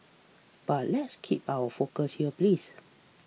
but let's keep our focus here please